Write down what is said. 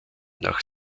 nach